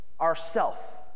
ourself